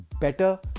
better